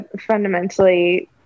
fundamentally